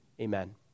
Amen